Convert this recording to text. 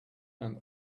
and